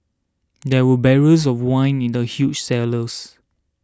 there were barrels of wine in the huge cellars